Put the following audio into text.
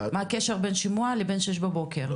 מה הקשר בין שימוע לבין 06:00 בבוקר?